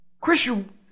Christian